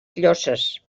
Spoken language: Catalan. llosses